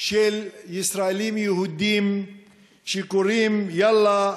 של ישראלים יהודים שקוראים: יאללה,